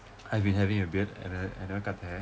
I've been having a beard and I I never cut hair